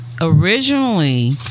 originally